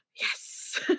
yes